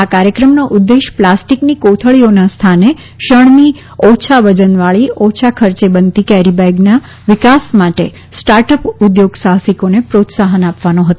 આ ક્રાર્યક્રમનો ઉદેશ્ય પ્લાસ્ટિક કોથળીઓનાં સ્થાને શણની ઓછા વજનવાળી ઓછા ખર્ચે બનતી કેરી બેગનાં વિકાસ માટે સ્ટાર્ટ અપ ઉદ્યોગસાહસિકોને પ્રોત્સાહન આપવાનો હતો